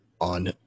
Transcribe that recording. on